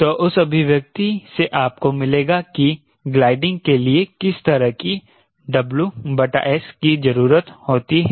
तो उस अभिव्यक्ति से आपको मिलेगा कि ग्लाइडिंग के लिए किस तरह की WS की जरूरत होती है